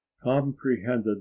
comprehended